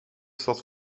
stad